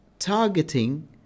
targeting